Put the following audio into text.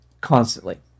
constantly